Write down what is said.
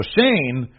Shane